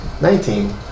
Nineteen